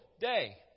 day